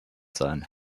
sein